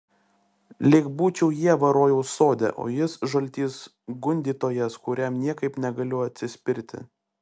lyg būčiau ieva rojaus sode o jis žaltys gundytojas kuriam niekaip negaliu atsispirti